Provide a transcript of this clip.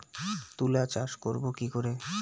তুলা চাষ করব কি করে?